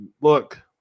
look